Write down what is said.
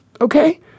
okay